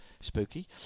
spooky